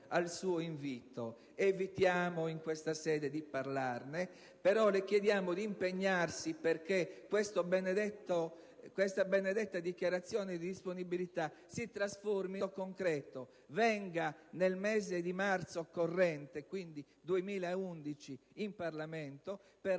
al suo invito, evitiamo in questa sede di parlarne, ma le chiediamo di impegnarsi perché questa benedetta dichiarazione di disponibilità si trasformi in un atto concreto. Venga nel mese di marzo corrente (quindi 2011) in Parlamento per